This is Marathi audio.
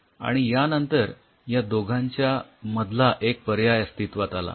आणि यानंतर या दोघांच्या मधला एक पर्याय अस्तित्वात आला